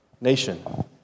nation